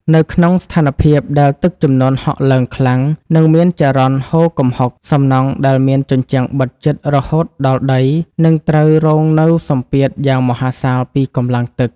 នៅក្នុងស្ថានភាពដែលទឹកជំនន់ហក់ឡើងខ្លាំង និងមានចរន្តហូរគំហុក សំណង់ដែលមានជញ្ជាំងបិទជិតរហូតដល់ដីនឹងត្រូវរងនូវសម្ពាធយ៉ាងមហាសាលពីកម្លាំងទឹក។